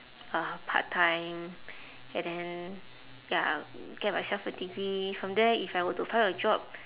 uh part-time and then ya get myself a degree from there if I were to find a job